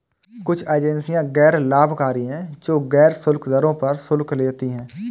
कुछ एजेंसियां गैर लाभकारी हैं, जो गैर शुल्क दरों पर शुल्क लेती हैं